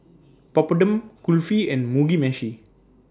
Papadum Kulfi and Mugi Meshi